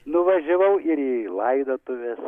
nuvažiavau ir į laidotuves